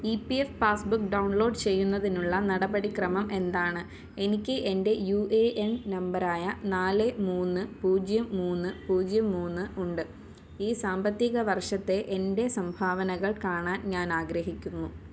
E P F passbook download ചെയ്യുന്നതിനുള്ള നടപടിക്രമം എന്താണ് എനിക്ക് എൻ്റെ യു എ എൻ നമ്പർ ആയ നാല് മൂന്ന് പൂജ്യം മൂന്ന് പൂജ്യം മൂന്ന് ഉണ്ട് ഈ സാമ്പത്തിക വർഷത്തെ എൻ്റെ സംഭാവനകൾ കാണാൻ ഞാൻ ആഗ്രഹിക്കുന്നു